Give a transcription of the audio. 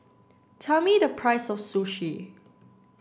tell me the price of sushi